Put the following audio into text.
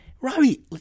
Robbie